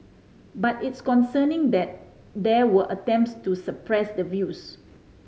but it's concerning that there were attempts to suppress the views